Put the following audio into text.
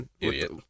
Idiot